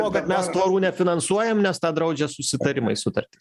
to kad mes tvorų nefinansuojam nes tą draudžia susitarimai sutartys